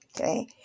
okay